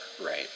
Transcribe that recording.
right